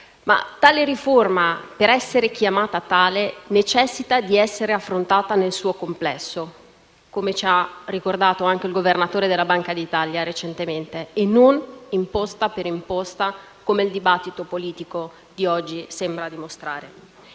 questa riforma, per essere chiamata tale, necessita di essere affrontata nel suo complesso, come ci ha ricordato anche il Governatore della Banca d'Italia recentemente, e non imposta per imposta come il dibattito politico di oggi sembra dimostrare.